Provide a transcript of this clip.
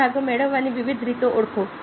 આ ભાગો મેળવવાની વિવિધ રીતો ઓળખો